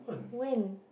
when